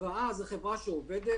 הלוואה זאת חברה שעובדת,